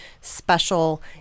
special